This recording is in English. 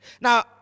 Now